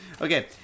Okay